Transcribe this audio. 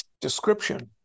description